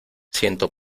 ciento